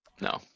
No